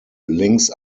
links